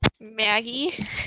Maggie